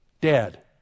Dead